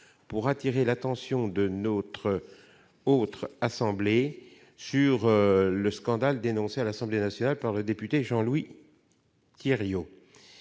pour attirer l'attention de la Haute Assemblée sur un scandale dénoncé à l'Assemblée nationale par le député Jean-Louis Thiériot.